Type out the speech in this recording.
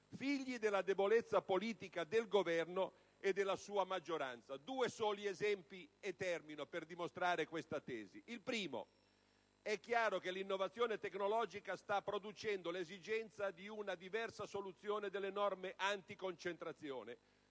figli della debolezza politica del Governo e della sua maggioranza. Porto solo due esempi per dimostrare questa tesi. In primo luogo, è chiaro che l'innovazione tecnologica sta producendo l'esigenza di una diversa soluzione delle norme anticoncentrazione